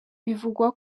bivugwa